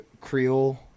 Creole